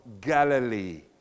Galilee